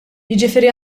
jiġifieri